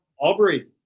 Aubrey